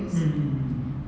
mm